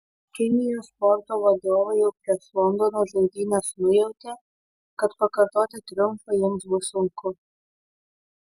kinijos sporto vadovai jau prieš londono žaidynes nujautė kad pakartoti triumfą jiems bus sunku